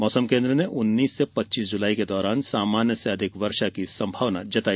मौसम केन्द्र ने उन्नीस से पच्चीस जुलाई के दौरान सामान्य से अधिक वर्षा की संभावना जताई